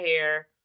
hair